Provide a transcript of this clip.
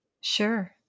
Sure